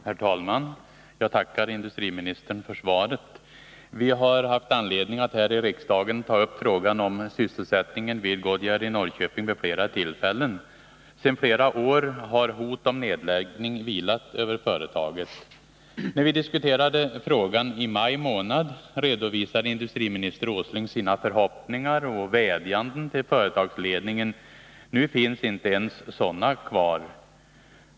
Herr talman! Jag tackar industriministern för svaret. Vi har haft anledning att här i riksdagen ta upp frågan om sysselsättningen vid Goodyear i Norrköping vid flera tillfällen. Sedan flera år tillbaka har hot om nedläggning vilat över företaget. När vi diskuterade frågan i maj månad redovisade industriminister Åsling sina förhoppningar och vädjanden till företagsledningen. Nu finns inte ens sådana kvar.